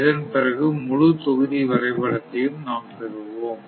இதன்பிறகு முழு தொகுதி வரைபடத்தையும் நாம் பெறுவோம்